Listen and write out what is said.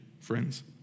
friends